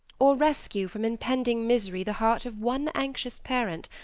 or rescue from impending misery the heart of one anxious parent,